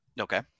Okay